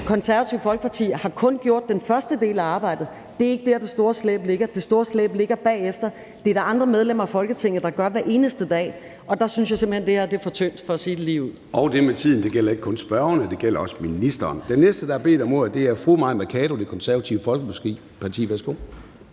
Konservative Folkeparti kun har gjort den første del af arbejdet. Det er ikke der, det store slæb ligger. Det store slæb ligger bagefter. Det er der andre medlemmer af Folketinget der tager hver eneste dag, og der synes jeg simpelt hen, at det her er for tyndt, for at sige det ligeud. Kl. 13:10 Formanden (Søren Gade): Det med tiden gælder ikke kun spørgerne – det gælder også ministeren. Den næste, der har bedt om ordet, er fru Mai Mercado, Det Konservative Folkeparti. Værsgo.